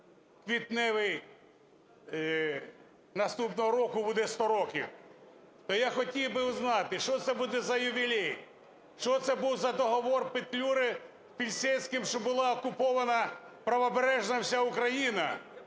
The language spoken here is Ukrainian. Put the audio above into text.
квітневий, наступного року буде 100 років. То я хотів би узнати, що це буде за ювілей, що це був за договір Петлюри з Пілсудським, що була окупована Правобережна вся Україна.